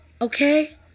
Okay